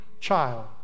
child